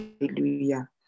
hallelujah